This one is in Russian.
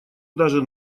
даже